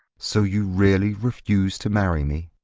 so you really refuse to marry me?